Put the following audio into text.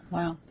Wow